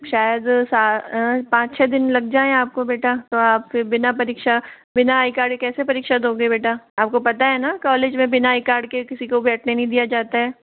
शायद सा पाँच छः दिन लग जाए आपको बेटा तो आप फिर बिना परीक्षा बिना आई कार्ड के कैसे परीक्षा दोगे बेटा आपको पता है ना कॉलेज में बिना आई कार्ड के किसी को बैठने नहीं दिया जाता है